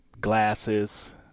glasses